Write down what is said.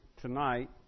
tonight